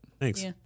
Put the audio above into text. Thanks